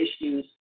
issues